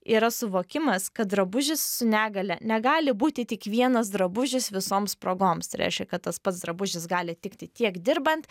yra suvokimas kad drabužis su negalia negali būti tik vienas drabužis visoms progoms tai reiškia kad tas pats drabužis gali tikti tiek dirbant